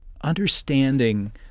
understanding